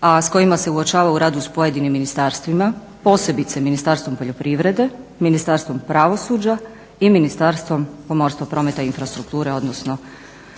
a s kojima se uočava u radu s pojedinim ministarstvima, posebice Ministarstvom poljoprivrede, Ministarstvom pravosuđa i Ministarstvom pomorstva, prometa i infrastrukture, odnosno novog naziva.